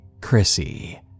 Chrissy